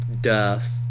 Duff